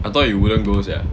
I thought you wouldn't go sia